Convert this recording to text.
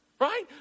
Right